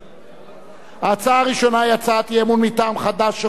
ההצעה הראשונה היא הצעת אי-אמון מטעם חד"ש רע"ם-תע"ל בל"ד,